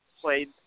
played